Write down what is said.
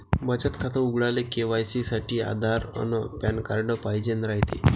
बचत खातं उघडाले के.वाय.सी साठी आधार अन पॅन कार्ड पाइजेन रायते